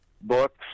books